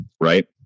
right